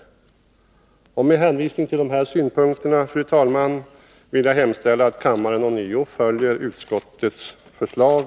Fru talman! Med hänvisning till de här synpunkterna vill jag hemställa att kammaren ånyo bifaller utskottets förslag.